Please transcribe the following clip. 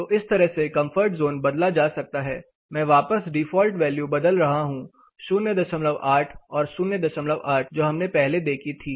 तो इस तरह से कंफर्ट जोन बदला जा सकता है मैं वापस डिफॉल्ट वैल्यू बदल रहा हूं 08 और 08 जो हमने पहले देखी थी